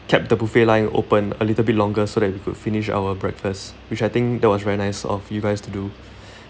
kept the buffet line open a little bit longer so that we could finish our breakfast which I think that was very nice of you guys to do